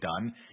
done